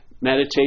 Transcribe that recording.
Meditation